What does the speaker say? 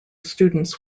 students